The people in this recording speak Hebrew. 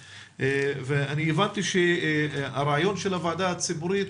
הבנתי שהרעיון של הוועדה הציבורית